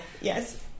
Yes